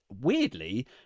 weirdly